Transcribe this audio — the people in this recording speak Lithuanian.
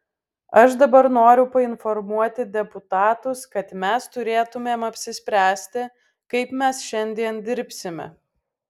aš dabar noriu painformuoti deputatus kad mes turėtumėm apsispręsti kaip mes šiandien dirbsime